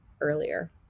earlier